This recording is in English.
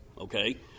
okay